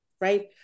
right